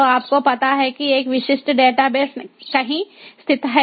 तो आपको पता है कि एक विशिष्ट डेटाबेस कहीं स्थित है